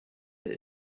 that